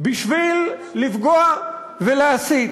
בשביל לפגוע ולהסית.